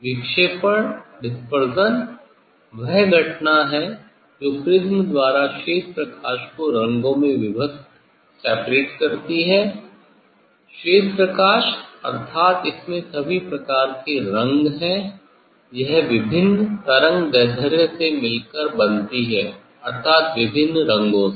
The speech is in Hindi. विक्षेपण वह घटना है जो प्रिज्म द्वारा श्वेत प्रकाश को रंगो में विभक्त करती है श्वेत प्रकाश अर्थात इसमें सभी प्रकार के रंग हैं यह विभिन्न तरंगदैर्ध्य से मिलकर बनती है अर्थात विभिन्न रंग से